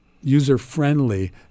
user-friendly